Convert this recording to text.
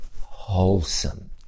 wholesome